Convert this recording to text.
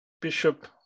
Bishop